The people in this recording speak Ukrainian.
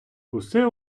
усе